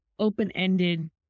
open-ended